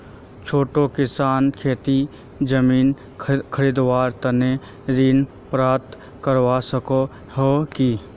छोटो किसान खेतीर जमीन खरीदवार तने ऋण पात्र बनवा सको हो कि?